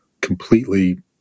completely